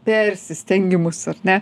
persistengimus ar ne